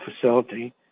facility